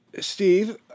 Steve